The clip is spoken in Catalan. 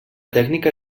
tècnica